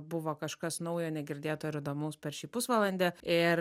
buvo kažkas naujo negirdėto ir įdomaus per šį pusvalandį ir